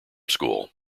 school